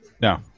No